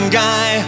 guy